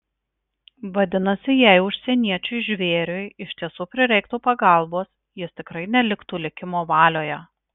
vadinasi jei užsieniečiui žvėriui iš tiesų prireiktų pagalbos jis tikrai neliktų likimo valioje